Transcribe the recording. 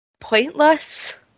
pointless